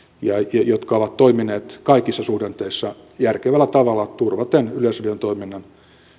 jotka ovat toimineet kaikissa suhdanteissa järkevällä tavalla turvaten yleisradion toiminnan